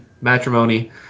matrimony